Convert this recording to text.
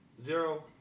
zero